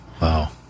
Wow